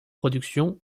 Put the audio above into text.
productions